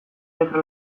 letra